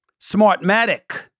Smartmatic